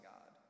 God